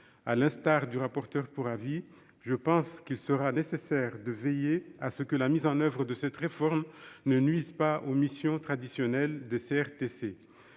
À l'instar du rapporteur pour avis susnommé, je pense qu'il sera nécessaire de veiller à ce que la mise en oeuvre de cette réforme ne nuise pas aux missions traditionnelles des CRTC.